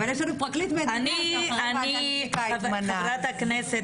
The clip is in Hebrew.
אבל יש לנו פרקליט מדינה שאחרי ועדת בדיקה התמנה --- חברת הכנסת,